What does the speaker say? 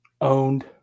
Owned